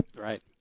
Right